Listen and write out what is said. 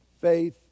faith